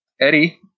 Eddie